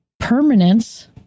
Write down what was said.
Permanence